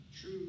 true